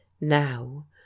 now